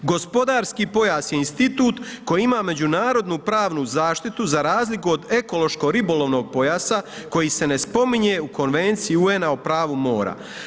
Gospodarski pojas je institut koji ima međunarodnu pravnu zaštitu za razliku od ekološko ribolovnog pojasa koji se ne spominje u Konvenciji UN-a o pravu mora.